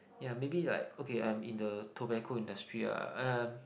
ya maybe like okay I'm in the tobacco industry ah and